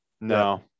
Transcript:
No